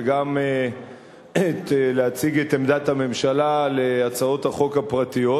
וגם להציג את עמדת הממשלה על הצעות החוק הפרטיות.